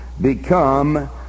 become